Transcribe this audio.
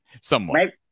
Somewhat